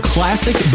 Classic